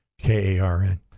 K-A-R-N